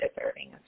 deserving